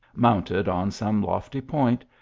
mounted on some lofty point,